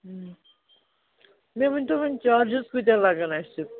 مےٚ ؤنۍ تو وۅنۍ چارجِز کۭتیاہ لَگَن اَسہِ